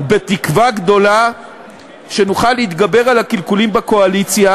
בתקווה גדולה שנוכל להתגבר על הקלקולים בקואליציה